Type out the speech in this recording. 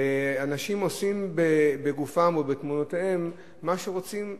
ואנשים עושים בגופם או בתמונותיהם מה שהם רוצים,